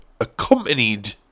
accompanied